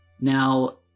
Now